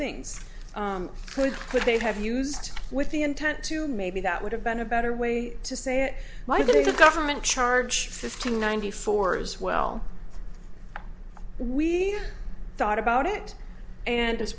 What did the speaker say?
things could they have used with the intent to maybe that would have been a better way to say it why did the government charge fifteen ninety four as well we thought about it and